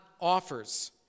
offers